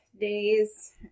days